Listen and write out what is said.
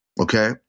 Okay